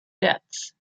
debts